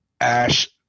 Ash